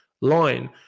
line